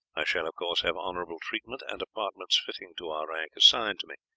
i shall, of course, have honourable treatment, and apartments fitting to our rank assigned to me.